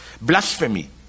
blasphemy